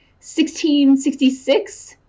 1666